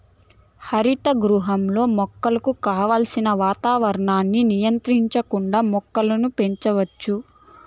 హరిత గృహంలో మొక్కలకు కావలసిన వాతావరణాన్ని నియంత్రించుకుంటా మొక్కలను పెంచచ్చు